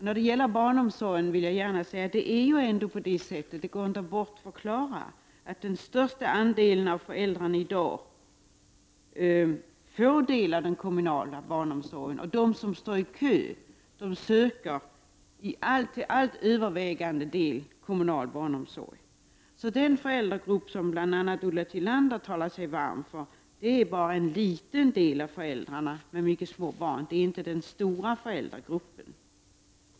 När det gäller barnomsorgen vill jag gärna säga att det inte går att bortförklara att den största andelen av föräldrarna i dag får del av den kommunala barnomsorgen. De som står i kö, de söker till helt övervägande del kommunal barnomsorg. Den föräldragrupp som bl.a. Ulla Tillander talar sig varm för är bara en liten del av föräldrarna till mycket små barn. Det är inte den stora föräldragruppen.